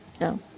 No